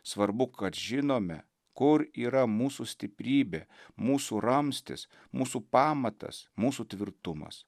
svarbu kad žinome kur yra mūsų stiprybė mūsų ramstis mūsų pamatas mūsų tvirtumas